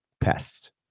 pests